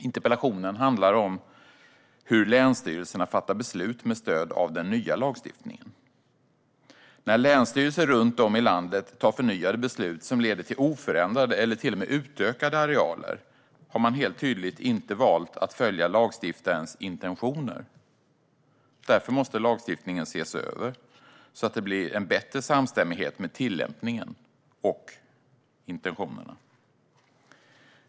Interpellationen handlar om hur länsstyrelserna fattar beslut med stöd av den nya lagstiftningen. När länsstyrelser runt om i landet fattar förnyade beslut som leder till oförändrade eller till och med utökade arealer har man helt tydligt inte valt att följa lagstiftarens intentioner. Därför måste lagstiftningen ses över så att det blir bättre samstämmighet mellan tillämpningen och intentionerna.